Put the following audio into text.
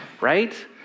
right